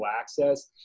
access